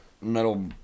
Metal